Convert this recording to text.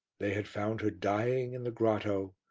they had found her dying in the grotto,